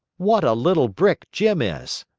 what a little brick jim is!